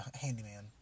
handyman